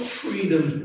freedom